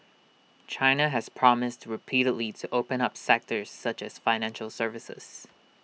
China has promised repeatedly to open up sectors such as financial services